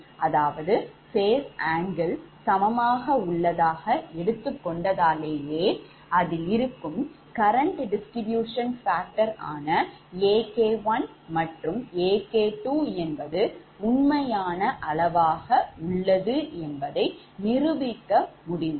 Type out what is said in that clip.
அதாவது phase angle கட்ட காரணிகள் சமமாக உள்ளதாக எடுத்துக் கொண்டதாலேயே current distribution factors ஆன AK1 மற்றும் AK2 என்பது உண்மையான அளவாக உள்ளது என்பதை நிரூபிக்க முடிந்தது